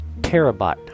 terabyte